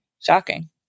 Shocking